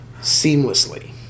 seamlessly